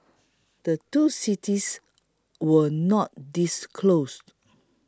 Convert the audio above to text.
the two cities were not disclosed